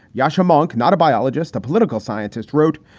yasha monck, not a biologist, a political scientist, wrote,